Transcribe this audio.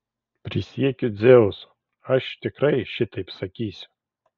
prisiekiu dzeusu aš tikrai šitaip sakysiu